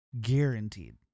Guaranteed